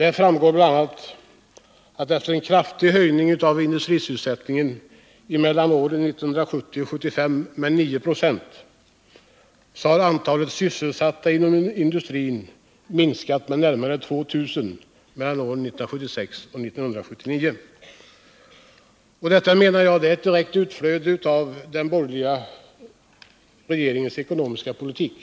Därav framgår bl.a. att efter en kraftig höjning av industrisysselsättningen i länet mellan 1970 och 1975 på 9 Ze har antalet inom industrin sysselsatta minskat med närmare 2 000 mellan 1976 och 1979. Enligt min mening är detta ett resultat av den borgerliga regeringens ekonomiska politik.